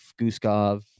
Guskov